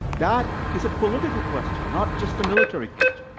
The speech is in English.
that is a political question, not just a military question.